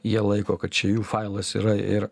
jie laiko kad čia jų failas yra ir